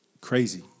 crazy